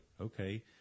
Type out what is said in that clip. okay